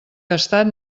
gastat